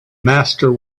master